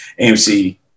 AMC